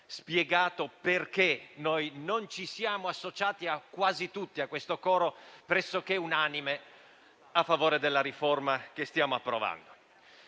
spiegando perché noi non ci siamo associati al coro pressoché unanime a favore della riforma che stiamo approvando.